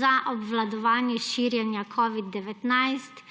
za obvladovanje širjenja covid-19,